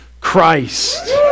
Christ